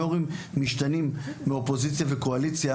הורים משתנים מאופוזיציה וקואליציה